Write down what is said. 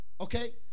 okay